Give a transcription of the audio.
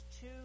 two